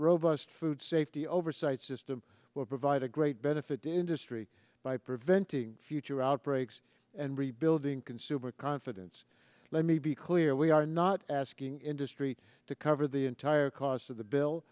robust food safety oversight system will provide a great benefit to industry by preventing future outbreaks and rebuilding consumer confidence let me be clear we are not asking industry to cover the entire cost of the bill